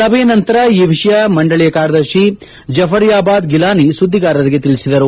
ಸಭೆಯ ನಂತರ ಈ ವಿಷಯವನ್ನು ಮಂಡಳಿಯ ಕಾರ್ಯದರ್ಶಿ ಜಫರ್ಯಾಬ್ ಗಿಲಾನಿ ಸುದ್ದಿಗಾರರಿಗೆ ತಿಳಿಸಿದರು